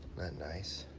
nice?